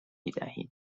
میدهیم